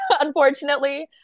unfortunately